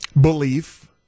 belief